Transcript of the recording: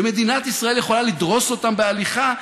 מדינת ישראל יכולה לדרוס אותם בהליכה,